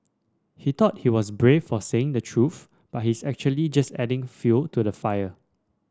he thought he was brave for saying the truth but he's actually just adding fuel to the fire